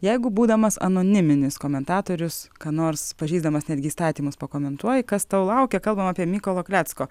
jeigu būdamas anoniminis komentatorius ką nors pažeisdamas netgi įstatymus pakomentuoja kas tau laukia kalbama apie mykolo klecko